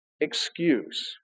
excuse